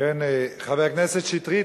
חבר הכנסת שטרית,